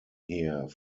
here